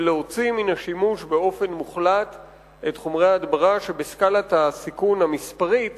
ולהוציא מן השימוש באופן מוחלט את חומרי ההדברה שבסקאלת הסיכון המספרית